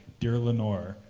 dear lenore,